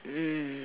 mm